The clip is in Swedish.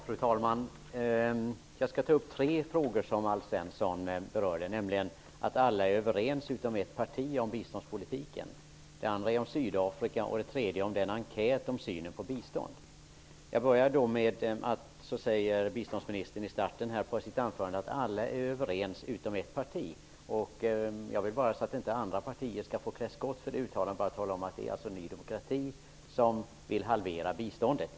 Fru talman! Jag skall ta upp tre frågor som Alf Svensson berörde, nämlingen att alla utom ett parti är överens om biståndspolitiken, Sydafrika och enkäten om synen på bistånd. Biståndsministern sade i början av sitt anförande att alla utom ett parti är överens. För att inte andra partier skall få klä skott vill jag bara tala om att det är fråga om Ny demokrati, som vill halvera biståndet.